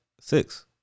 six